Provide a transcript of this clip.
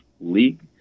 league